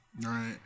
Right